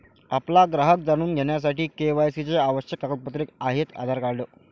आपला ग्राहक जाणून घेण्यासाठी के.वाय.सी चे आवश्यक कागदपत्रे आहेत आधार कार्ड